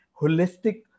holistic